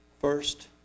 first